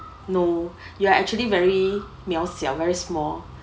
no you are actually very 渺小 very small